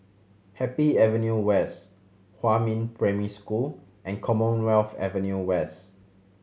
Happy Avenue West Huamin Primary School and Commonwealth Avenue West